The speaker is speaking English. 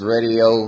Radio